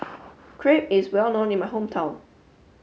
Crepe is well known in my hometown